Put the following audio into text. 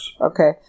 Okay